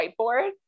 whiteboard